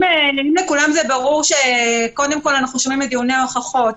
אם לכולם ברור שקודם כול אנחנו שומעים את דיוני ההוכחות,